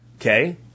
Okay